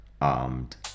armed